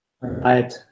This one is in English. right